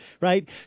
Right